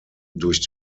durch